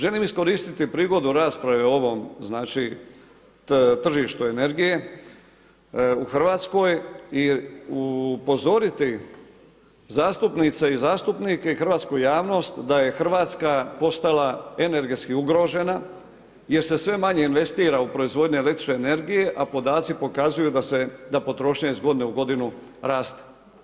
Želim iskoristiti prigodu rasprave o ovom tržištu energije u Hrvatskoj i upozoriti zastupnice i zastupnike, hrvatsku javnost, da je Hrvatska postala energetski ugrožena jer se sve manje investira u proizvodnje električne energije, a podaci pokazuju da potrošnja iz godine u godinu raste.